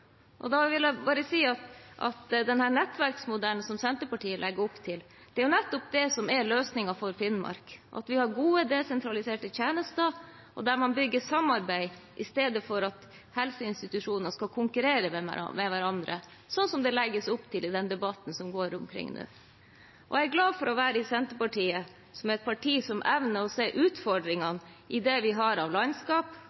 har. Da vil jeg bare si at denne nettverksmodellen som Senterpartiet legger opp til, er nettopp det som er løsningen for Finnmark, at vi har gode, desentraliserte tjenester, der man bygger samarbeid i stedet for at helseinstitusjonene skal konkurrere med hverandre, sånn som det legges opp til i den debatten som foregår nå. Jeg er glad for å være i Senterpartiet, som er et parti som evner å se